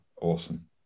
Awesome